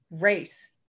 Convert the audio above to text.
Race